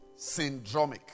Syndromic